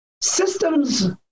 systems